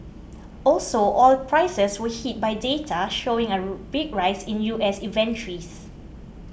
also oil prices were hit by data showing a big rise in U S inventories